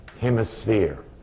hemisphere